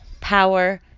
power